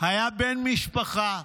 היה בן משפחה,